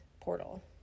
portal